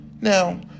Now